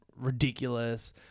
ridiculous